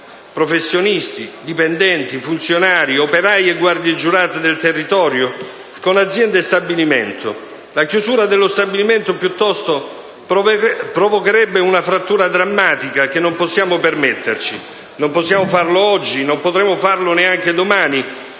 professionisti, dipendenti, funzionari, operai e guardie giurate del territorio con azienda e stabilimento. La chiusura dello stabilimento, piuttosto, provocherebbe una frattura drammatica che non possiamo permetterci. Non possiamo farlo oggi, non potremmo farlo neanche domani